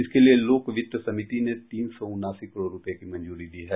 इसके लिए लोक वित्त समिति ने तीन सौ उनासी करोड़ रूपये की मंजूरी दी है